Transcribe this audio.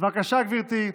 בבקשה, גברתי,